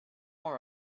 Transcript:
more